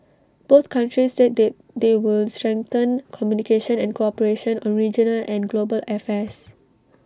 both countries said that they will strengthen communication and cooperation on regional and global affairs